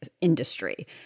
industry